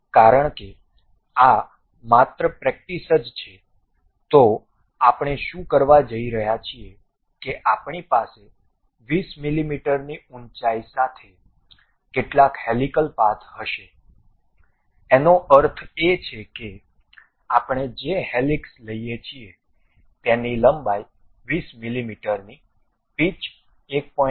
કારણ કે આ માત્ર પ્રેક્ટિસ જ છે તો આપણે શું કરવા જઈ રહ્યા છીએ કે આપણી પાસે 20 મીમીની ઊંચાઈ સાથે કેટલાક હેલિકલ પાથ હશે એનો અર્થ એ કે આપણે જે હેલિક્સ લઈએ છીએ તેની લંબાઈ 20 મીમીની પિચ 1